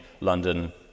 London